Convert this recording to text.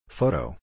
Photo